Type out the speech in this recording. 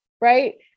right